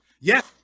Yes